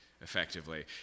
effectively